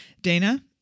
Dana